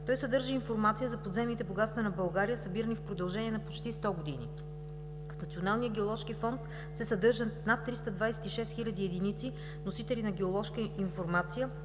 Той съдържа информация за подземните богатства на България, събирани в продължение на почти 100 години. В Националния геоложки фонд се съдържат над 326 хил. единици, носители на геоложка информация,